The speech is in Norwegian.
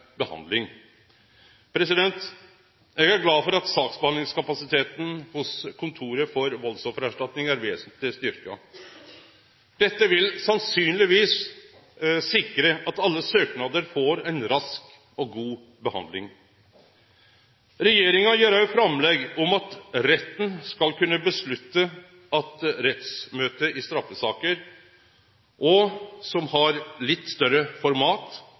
Eg er glad for at saksbehandlingskapasiteten hos Kontoret for valdsoffererstatning er vesentleg styrkt. Dette vil sannsynlegvis sikre at alle søknader får ei rask og god behandling. Regjeringa kjem også med framlegg om at retten skal kunne avgjere at rettsmøte i straffesaker som har litt større format,